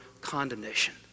condemnation